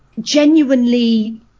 genuinely